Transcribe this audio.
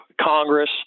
Congress